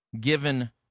given